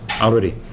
already